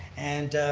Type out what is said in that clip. and